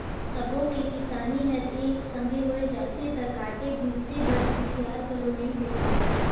सबो के किसानी हर एके संघे होय जाथे त काटे मिसे बर भूथिहार घलो नइ भेंटाय